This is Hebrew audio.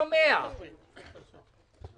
אם אנחנו מאפשרים להם להקטין את המקדם,